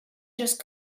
just